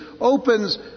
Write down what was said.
opens